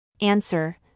Answer